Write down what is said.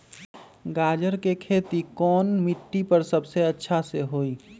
गाजर के खेती कौन मिट्टी पर समय अच्छा से होई?